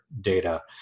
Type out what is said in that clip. data